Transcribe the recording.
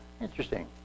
interesting